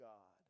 God